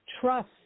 trust